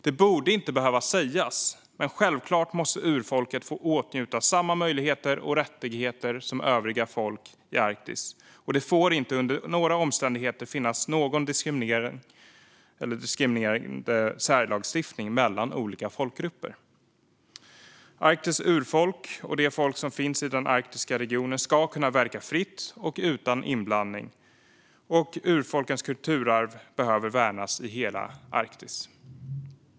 Det borde inte behöva sägas, men självklart måste urfolken få åtnjuta samma möjligheter och rättigheter som övriga folk i Arktis, och det får inte under några omständigheter finnas någon diskriminerande särlagstiftning mellan olika folkgrupper. Arktis urfolk och de folk som finns i den arktiska regionen ska kunna verka fritt och utan inblandning, och urfolkens kulturarv behöver värnas i hela Arktis. Fru talman!